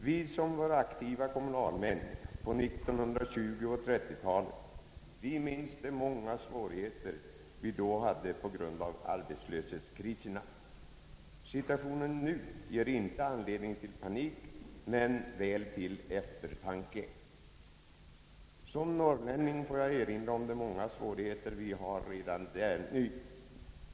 Vi som var aktiva kommunalmän under 1920 talet och 1930-talet minns de många svårigheter vi då hade på grund av arbetslöshetskriserna. Situationen nu ger inte anledning till panik, men väl till eftertanke. Som norrlänning får jag erinra om de många svårigheter vi kämpar med.